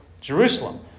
Jerusalem